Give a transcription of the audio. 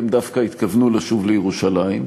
הם דווקא התכוונו לשוב לירושלים.